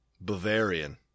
Bavarian